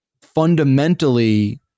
fundamentally